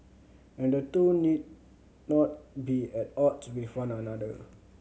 and the two need not be at odds with one another